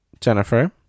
Jennifer